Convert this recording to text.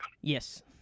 Yes